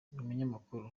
umunyamakuru